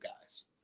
guys